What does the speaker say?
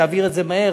תעביר את זה מהר,